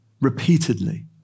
repeatedly